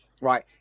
right